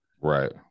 right